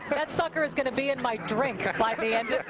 that sucker is going to be in my drink by the end